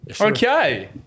Okay